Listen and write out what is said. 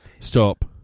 Stop